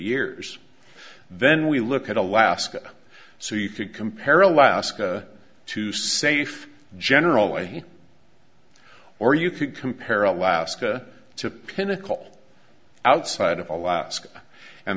years then we look at alaska so you could compare alaska to safe general way or you could compare alaska to pinnacle outside of alaska and